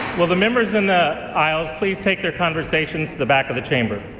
will the members in the aisles please take their conversations to the back of the chamber?